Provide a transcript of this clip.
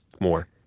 more